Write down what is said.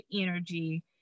energy